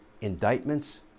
indictments